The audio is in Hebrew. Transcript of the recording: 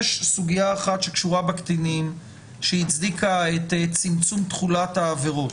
יש סוגייה אחת שקשורה בקטינים שהצדיקה את צמצום תחולת העבירות,